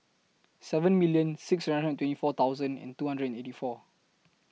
seven million six hundred and twenty four thousand and two hundred and eighty four